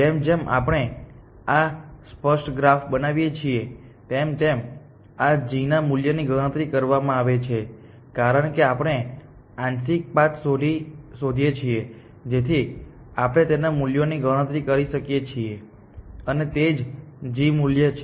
જેમ જેમ આપણે આ સ્પષ્ટ ગ્રાફ બનાવીએ છીએ તેમ તેમ આ g ના મૂલ્યની ગણતરી કરવામાં આવે છે કારણ કે આપણે આંશિક પાથ શોધીએ છીએ જેથી આપણે તેમના મૂલ્યોની ગણતરી કરી શકીએ છીએ અને તે જ g મૂલ્ય છે